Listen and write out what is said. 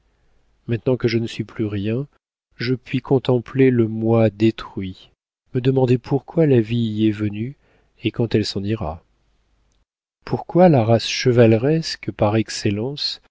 maintenant que je ne suis plus rien je puis contempler le moi détruit me demander pourquoi la vie y est venue et quand elle s'en ira pourquoi la race chevaleresque par excellence